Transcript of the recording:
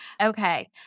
Okay